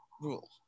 rule